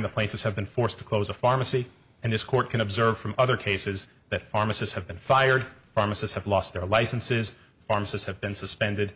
time the plaintiffs have been forced to close a pharmacy and this court can observe from other cases that pharmacists have been fired pharmacies have lost their licenses pharmacists have been suspended